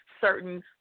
certain